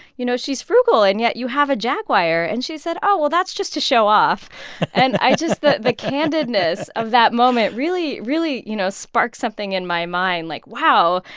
you know, she's frugal, and yet you have a jaguar. and she said, oh, well, that's just to show off and i just the the candidness of that moment really, really, you know, sparked something in my mind. like, wow,